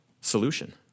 solution